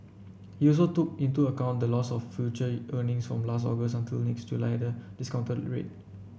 he also took into account the loss of future earnings from last August until next July the discounted rate